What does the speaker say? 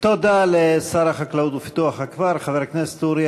תודה לשר החקלאות ופיתוח הכפר חבר הכנסת אורי